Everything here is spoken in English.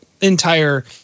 entire